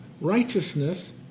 Righteousness